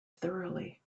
thoroughly